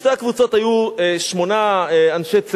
בשתי הקבוצות היו שמונה אנשי צוות.